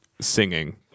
singing